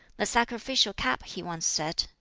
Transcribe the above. the sacrificial cap, he once said,